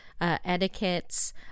etiquettes